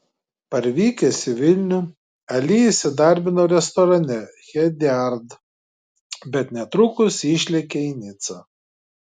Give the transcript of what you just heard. parvykęs į vilnių ali įsidarbino restorane hediard bet netrukus išlėkė į nicą